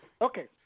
Okay